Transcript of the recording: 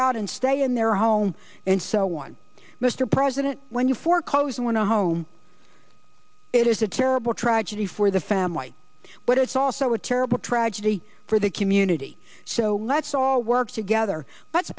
out and stay in their home and so one mr president when you for closing one a home it is a terrible tragedy for the family but it's also a terrible tragedy for the community so let's all work together